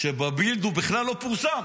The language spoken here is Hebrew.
שבבילד הוא בכלל לא פורסם.